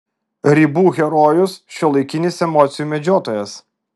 ribų herojus šiuolaikinis emocijų medžiotojas